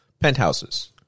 penthouses